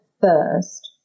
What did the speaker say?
first